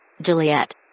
Juliet